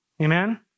Amen